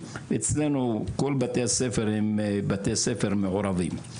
ואצלנו כל בתי הספר הם בתי ספר מעורבים.